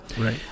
Right